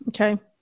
Okay